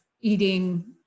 eating